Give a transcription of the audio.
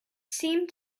seemed